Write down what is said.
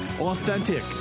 authentic